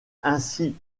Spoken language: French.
ainsi